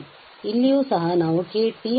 ಇಲ್ಲಿಯೂ ಸಹ ನಾವು Kt − u